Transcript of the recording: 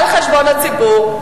על חשבון הציבור,